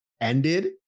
ended